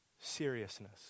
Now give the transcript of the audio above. seriousness